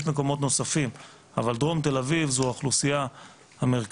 יש מקומות נוספים אבל דרום תל אביב זו האוכלוסייה המרכזית,